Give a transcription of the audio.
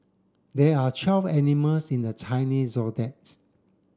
there are twelve animals in the Chinese Zodiacs